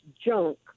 junk